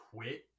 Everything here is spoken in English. quit